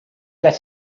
let